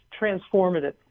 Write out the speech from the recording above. transformative